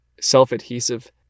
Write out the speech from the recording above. self-adhesive